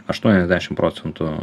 aštuoniasdešim procentų